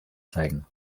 zeigen